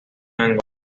angola